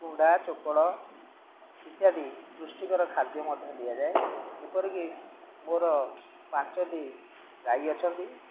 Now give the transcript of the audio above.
କୁଣ୍ଡା ଚକୋଡ଼ ଇତ୍ୟାଦି ପୃଷ୍ଟିକର ଖାଦ୍ୟ ମଧ୍ୟ ଦିଆଯାଏ ଯେପରିକି ମୋର ପାଞ୍ଚଟି ଗାଈ ଅଛନ୍ତି